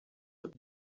that